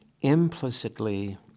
implicitly